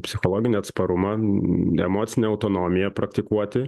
psichologinį atsparumą emocinę autonomiją praktikuoti